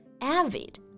Avid